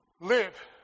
Live